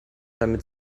damit